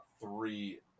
three